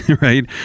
right